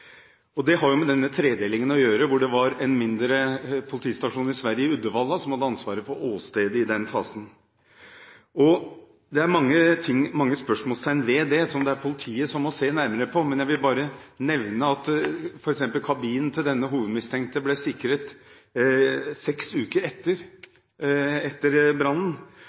det. Det har med tredelingen å gjøre, hvor det var en mindre politistasjon i Uddevalla i Sverige som hadde ansvaret for åstedet i den fasen. Det er stilt mange spørsmål om det, som politiet må se nærmere på, men jeg vil bare nevne at f.eks. kabinen til den hovedmistenkte ble sikret seks uker etter brannen,